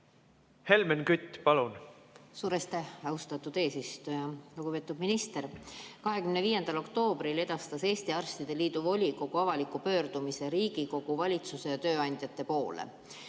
Helmen Kütt, palun! Aitäh, austatud eesistuja! Lugupeetud minister! 25. oktoobril edastas Eesti Arstide Liidu volikogu avaliku pöördumise Riigikogu, valitsuse ja tööandjate poole.